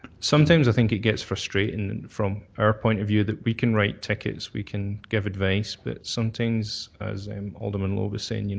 some things things get frustrating from our point of view that we can write tickets, we can give advice, but some things, as alderman lowe was saying,